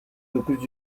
dokuz